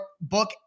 book